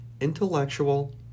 Intellectual